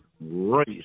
race